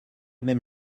même